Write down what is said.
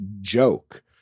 joke